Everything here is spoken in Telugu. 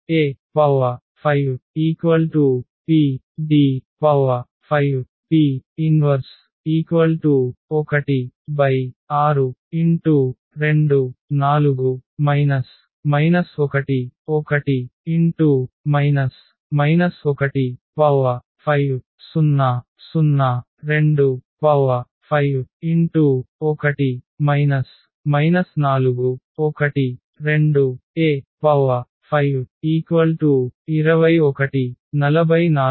A5 PD5P 1162 4 1 1 15 0 0 25 1 4 1 2 A521 44 5